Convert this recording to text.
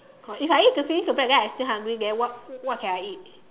if I eat finish the bread then I still hungry then what what can I eat